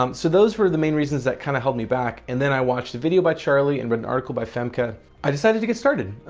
um so those were the main reasons that kind of held me back. and then i watched a video by charli and read an article by femke ah i decided to get started.